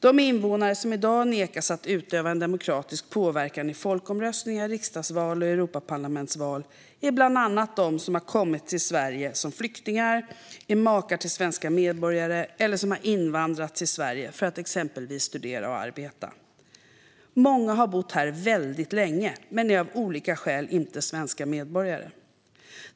De invånare som i dag nekas att utöva en demokratisk påverkan i folkomröstningar, riksdagsval och Europaparlamentsval är bland annat de som kommit till Sverige som flyktingar, är makar till svenska medborgare eller som har invandrat till Sverige för att exempelvis studera och arbeta. Många har bott här väldigt länge men är av olika skäl inte svenska medborgare.